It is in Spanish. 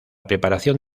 preparación